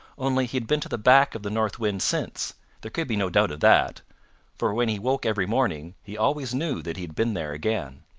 only he had been to the back of the north wind since there could be no doubt of that for when he woke every morning, he always knew that he had been there again.